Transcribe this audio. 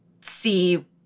see